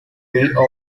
reopened